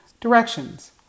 Directions